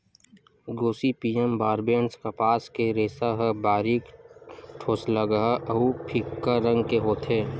Gossypium barbadense कपास के रेसा ह बारीक, ठोसलगहा अउ फीक्का रंग के होथे